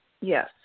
Yes